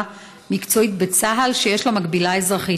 מקצועית בצה"ל שיש לה מקבילה אזרחית.